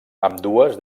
ambdues